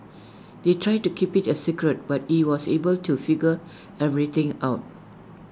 they tried to keep IT A secret but he was able to figure everything out